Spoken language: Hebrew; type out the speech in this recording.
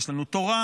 יש לנו תורה,